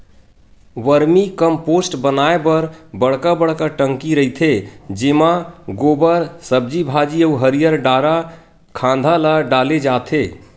vermi compost बनाए बर बड़का बड़का टंकी रहिथे जेमा गोबर, सब्जी भाजी अउ हरियर डारा खांधा ल डाले जाथे